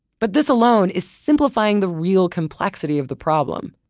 but this alone is simplifying the real complexity of the problem.